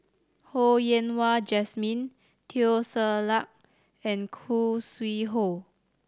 Ho Yen Wah Jesmine Teo Ser Luck and Khoo Sui Hoe